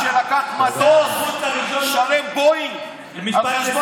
לפיד כשר חוץ,